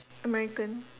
American